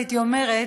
הייתי אומרת,